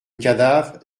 cadavre